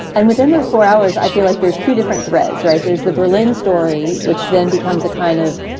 and within those four hours, i feel like there's two different threads, right? there's the berlin story, which then becomes a kind of